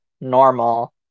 normal